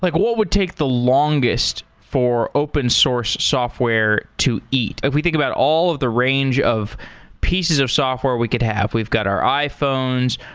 like what would take the longest for open source software to eat? if we think about all of the range of pieces of software we could have, we've got our iphones,